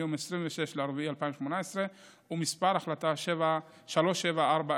מיום 26 באפריל 2018; ומס' 3740,